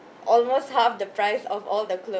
almost half the price of all the clothes